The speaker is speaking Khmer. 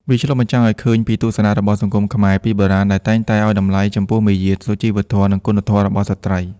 វាឆ្លុះបញ្ចាំងឱ្យឃើញពីទស្សនៈរបស់សង្គមខ្មែរពីបុរាណ ដែលតែងតែឱ្យតម្លៃខ្ពស់ចំពោះមារយាទ សុជីវធម៌ និងគុណធម៌របស់ស្ត្រី។